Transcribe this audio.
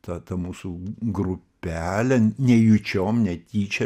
ta ta mūsų grupelė nejučiom netyčia